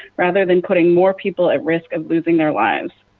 rather than putting more people at risk of losing their lives.